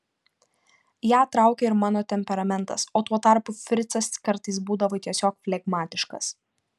ją traukė ir mano temperamentas o tuo tarpu fricas kartais būdavo tiesiog flegmatiškas